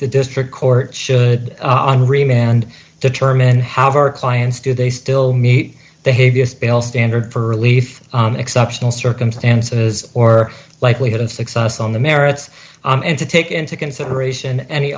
the district court should remain and determine how our clients do they still meet the heaviest bail standard for relief in exceptional circumstances or likelihood of success on the merits and to take into consideration any